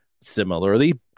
similarly